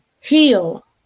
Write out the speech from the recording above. heal